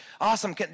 Awesome